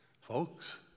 Folks